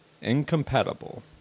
incompatible